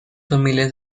familias